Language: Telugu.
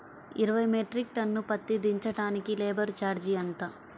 ఇరవై మెట్రిక్ టన్ను పత్తి దించటానికి లేబర్ ఛార్జీ ఎంత?